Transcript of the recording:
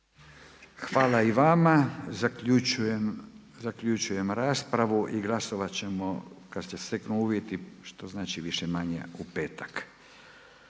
Hvala i vama. Zaključujem raspravu i glasovati ćemo kada se steknu uvjeti, što znači više-manje u petak.